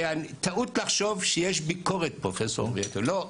וזאת טעות לחשוב שיש ביקורת, פרופ' אורביטו, לא,